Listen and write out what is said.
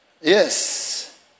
Yes